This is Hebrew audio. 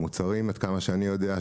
המוצרים עד כמה שאני יודע,